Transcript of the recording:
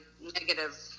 negative